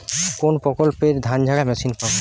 কোনপ্রকল্পে ধানঝাড়া মেশিন পাব?